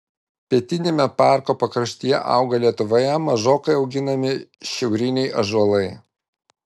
pietiniame parko pakraštyje auga lietuvoje mažokai auginami šiauriniai ąžuolai